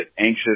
anxious